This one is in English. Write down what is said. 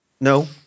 No